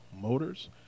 motors